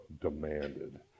demanded